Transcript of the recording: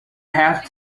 have